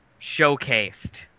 showcased